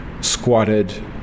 squatted